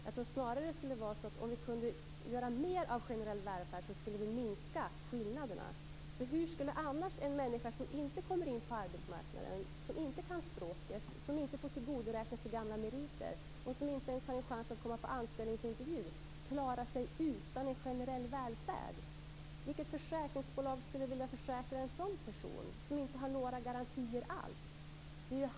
Jag tror snarare att det är så att om vi kunde ha mer av generell välfärd skulle vi minska skillnaderna. För hur skulle en människa som inte kommer in på arbetsmarknaden, som inte kan språket, som inte får tillgodoräkna sig gamla meriter och som inte ens har en chans att komma på anställningsintervju klara sig utan en generell välfärd? Vilket försäkringsbolag skulle vilja försäkra en sådan person, som inte har några garantier alls?